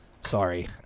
Sorry